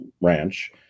Ranch